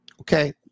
Okay